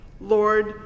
Lord